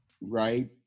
right